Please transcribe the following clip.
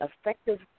Effective